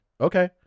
okay